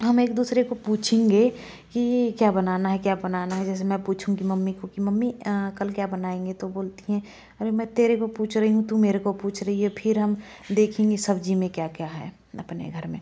हम एक दूसरे को पूछेंगे कि क्या बनाना है क्या बनाना है जैसे मैं पूछूँगी मम्मी को कि मम्मी कल क्या बनाएंगे तो बोलती हैं अरे मैं तेरे को पूछ रही हूँ तू मेरे को पूछ रही है फिर हम देखेंगे सब्जी में क्या क्या है अपने घर में